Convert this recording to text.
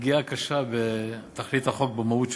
פגיעה קשה בתכלית החוק, במהות שלו.